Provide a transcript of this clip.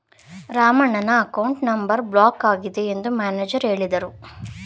ರಾಮಣ್ಣನ account number block ಆಗಿದೆ ಎಂದು manager ಹೇಳಿದರು